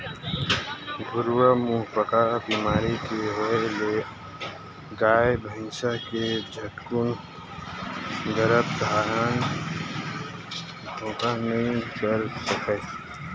खुरहा मुहंपका बेमारी के होय ले गाय, भइसी ह झटकून गरभ धारन घलोक नइ कर सकय